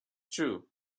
true